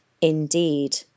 Indeed